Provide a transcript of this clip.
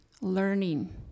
Learning